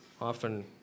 often